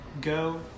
go